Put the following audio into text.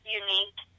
unique